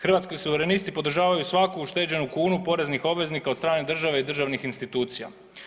Hrvatski suverenisti podržavaju svaku ušteđenu kunu poreznih obveznika od strane države i državnih institucija.